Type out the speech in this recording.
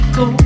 go